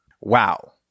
Wow